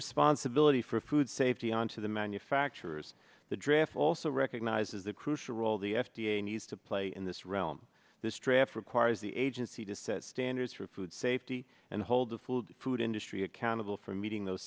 responsibility for food safety on to the manufacturers the draft also recognizes a crucial role the f d a needs to play in this realm this traffic was the agency to set standards for food safety and hold the food food industry accountable for meeting those